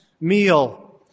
meal